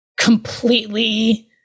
completely